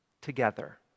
together